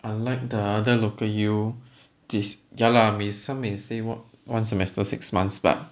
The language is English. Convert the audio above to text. unlike the other local U this ya lah m~ some may say what one semester six months but